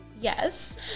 yes